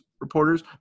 reporters